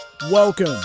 Welcome